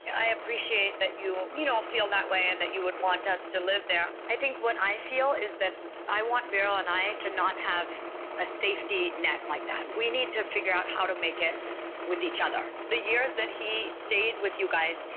i appreciate that you you know feel that way and that you would want us to live there. i think what i feel is that i want veeral and i to not have a safety net like that. we need to figure out how to make it with each other. the years that he stayed with you guys,